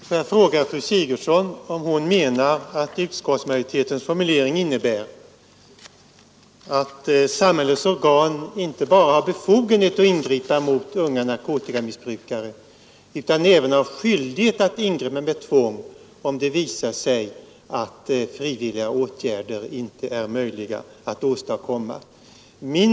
Herr talman! Menar fru Sigurdsen att utskottsmajoritetens formulering innebär att samhällets organ inte bara har befogenhet att ingripa mot unga narkotikamissbrukare utan även skyldighet att ingripa med tvång, om det visar sig att frivilliga åtgärder inte är möjliga att åstadkomma?